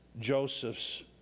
Joseph's